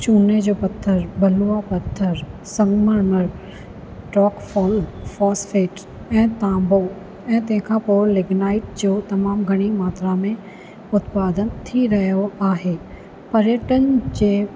चूने जो पथरु बलिवा पथरु संगमरमर ट्रॉकफॉल ऐं फॉसफेट ऐं तांबो ऐं तंहिं खां पोइ लिगिनाईट जो तमामु घणी मात्रा में उत्तपादन थी रहियो आहे पर्यटन जे